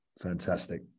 Fantastic